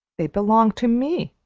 they belong to me,